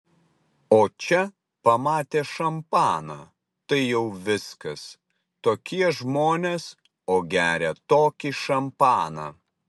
o čia pamatė šampaną tai jau viskas tokie žmonės o gerią tokį šampaną